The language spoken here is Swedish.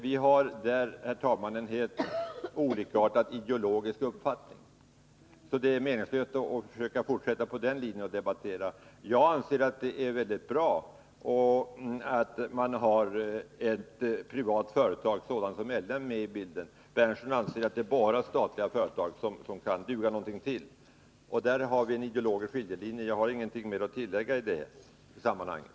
Vi har där, herr talman, helt olika ideologiska uppfattningar, så det är meningslöst att försöka fortsätta att debattera på den linjen. Jag anser att det är väldigt bra att man har ett privat företag sådant som L M med i bilden. Nils Berndtson anser att det bara är statliga företag som kan duga någonting till. Där har vi en ideologisk skiljelinje. Jag har ingenting mer att tillägga i det sammanhanget.